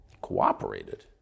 cooperated